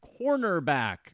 cornerback